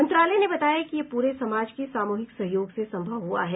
मंत्रालय ने बताया कि यह पूरे समाज के सामूहिक सहयोग से संभव हुआ है